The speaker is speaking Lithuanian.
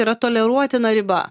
yra toleruotina riba